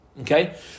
Okay